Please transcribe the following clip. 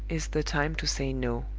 is the time to say no.